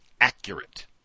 accurate